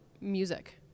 music